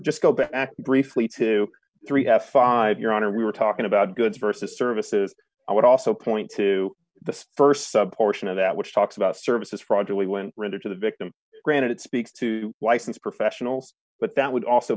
just go back briefly to three have five your honor we were talking about good versus services i would also point to the st sub portion of that which talks about services fraudulent rendered to the victim granted it speaks to licensed professionals but that would also